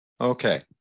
Okay